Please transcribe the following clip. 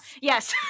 yes